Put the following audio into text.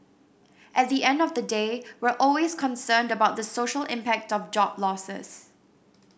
at the end of the day we're always concerned about the social impact of job losses